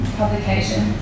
publication